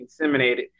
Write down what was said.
inseminated